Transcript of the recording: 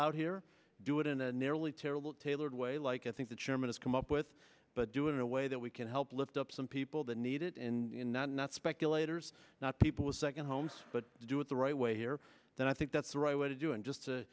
out here do it in a nearly terrible tailored way like i think the chairman has come up with but do it in a way that we can help lift up some people that need it in not speculators not people with second homes but do it the right way here then i think that's the right way to do and just to